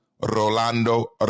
Rolando